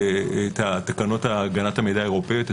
את תקנות ההגנה האירופאיות,